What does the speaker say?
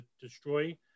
destroy